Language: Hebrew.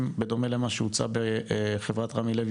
בדומה למה שהוצע בחברת ״רמי לוי",